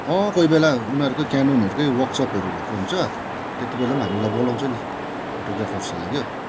कोही बेला उनीहरूको क्यानोनहरूकै वर्कसपहरू भएको हुन्छ त्यति बेला हामीलाई बोलाउँछ नि फोटोग्राफर्सहरूलाई क्या